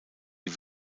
die